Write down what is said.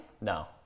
No